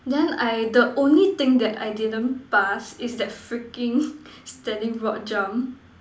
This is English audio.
then I the only thing that I didn't pass is that freaking standing broad jump